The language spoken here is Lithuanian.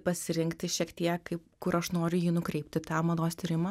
pasirinkti šiek tiek kaip kur aš noriu jį nukreipti tą mados tyrimą